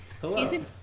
Hello